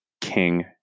king